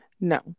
No